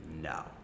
no